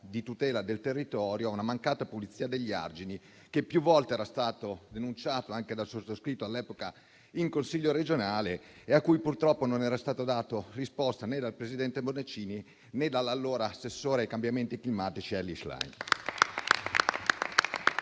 tutela del territorio, a una mancata pulizia degli argini che più volte era stata denunciata anche dal sottoscritto all'epoca in Consiglio regionale e a cui purtroppo non era stata data risposta né dal presidente Bonaccini, né dall'allora assessore ai cambiamenti climatici Elly Schlein.